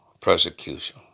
Persecution